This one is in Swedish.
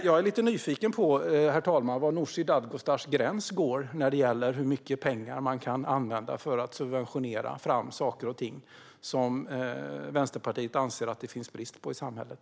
Jag är lite nyfiken på var Nooshi Dadgostars gräns går när det gäller hur mycket pengar man kan använda för att subventionera fram saker och ting som Vänsterpartiet anser att det finns brist på i samhället.